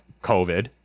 COVID